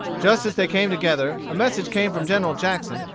just as they came together, a message came from general jackson,